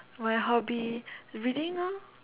my hobby reading lor